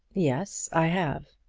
yes i have.